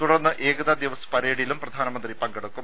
തുടർന്ന് ഏകതാദിവസ് പരേഡിലും പ്രധാനമന്ത്രി പങ്കെടു ക്കും